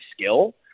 skill